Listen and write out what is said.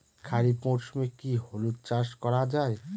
খরিফ মরশুমে কি হলুদ চাস করা য়ায়?